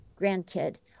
grandkid